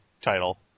title